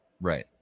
right